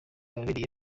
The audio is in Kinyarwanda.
wabereye